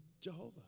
Jehovah